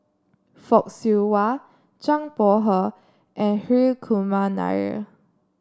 Fock Siew Wah Zhang Bohe and Hri Kumar Nair